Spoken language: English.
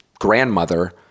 grandmother